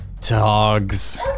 dogs